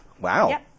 Wow